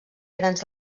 grans